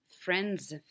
Friends